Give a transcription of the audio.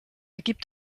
gibt